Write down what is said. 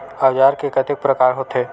औजार के कतेक प्रकार होथे?